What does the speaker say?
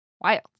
wild